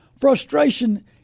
frustration